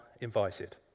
invited